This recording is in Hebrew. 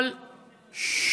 ששש.